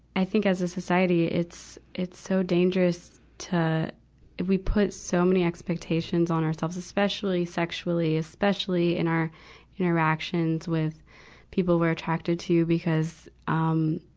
i think as a society, it's, it's so dangerous to we put so many expectations on ourselves, especially sexually, especially in our interactions with people we're attracted to because, um,